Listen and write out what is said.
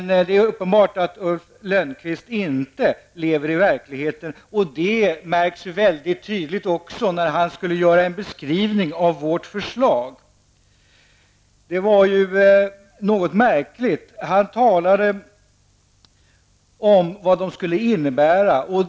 Det är uppenbart att Ulf Lönnqvist inte lever i verkligheten. Det märks tydligt också när han skall beskriva vårt förslag. Det var något märkligt. Han talade om vad det skulle innebära.